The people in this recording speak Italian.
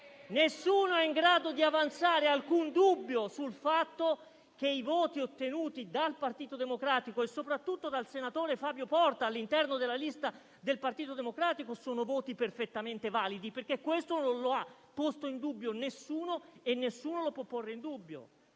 nessuno è in grado di avanzare nessuno alcun dubbio sul fatto che i voti ottenuti dal Partito Democratico e soprattutto dal senatore Fabio Porta all'interno della lista del Partito Democratico sono perfettamente validi, perché questo non lo ha posto in dubbio nessuno e nessuno lo può porre in dubbio;